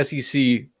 SEC